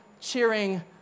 cheering